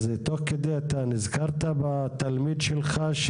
אז תוך כדי אתה נזכרת בתלמיד שלך?